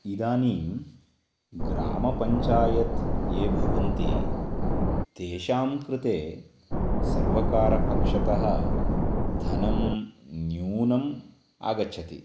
इदानीं ग्रामपञ्चायत् ये भवन्ति तेषां कृते सर्वकारपक्षतः धनं न्यूनम् आगच्छति